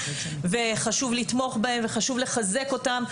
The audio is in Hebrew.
וחשוב לתמוך בהם וחשוב לחזק אותם,